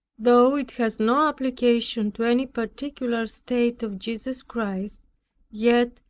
though it has no application to any particular state of jesus christ yet,